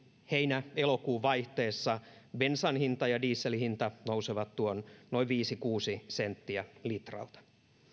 heinä elokuun vaihteessa bensan hinta ja dieselin hinta nousevat tuon noin viisi viiva kuusi senttiä litralta